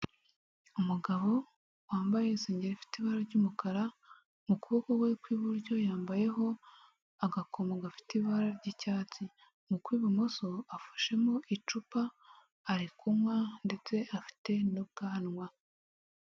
Umugabo wambaye isengeri ifite ibara ry'umukara mu kuboko kwe kw'iburyo yambayeho agakomo gafite ibara ry'icyatsi mu kw'ibumoso afashemo icupa arikunywa ndetse afite n'ubwanwa.